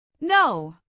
No